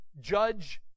judge